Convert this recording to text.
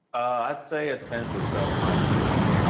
i'd say a sense of self confidence.